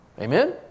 Amen